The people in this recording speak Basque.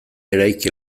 eraiki